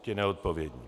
Ti neodpovědní.